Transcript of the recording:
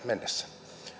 mennessä